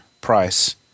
price